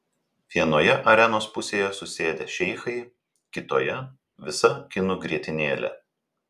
vienoje arenos pusėje susėdę šeichai kitoje visa kinų grietinėlė